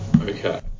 Okay